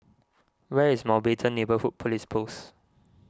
where is Mountbatten Neighbourhood Police Post